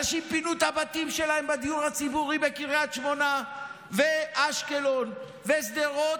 אנשים פינו את הבתים שלהם בדיור הציבורי בקריית שמונה ואשקלון ושדרות,